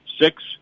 six